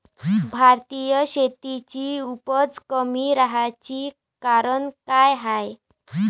भारतीय शेतीची उपज कमी राहाची कारन का हाय?